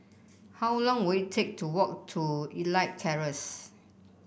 how long will it take to walk to Elite Terrace